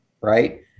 Right